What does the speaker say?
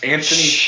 Anthony